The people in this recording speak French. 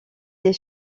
des